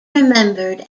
remembered